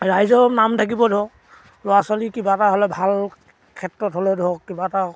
ৰাইজৰ নাম থাকিব ধৰক ল'ৰা ছোৱালী কিবা এটা হ'লে ভাল ক্ষেত্ৰত হ'লে ধৰক কিবা এটা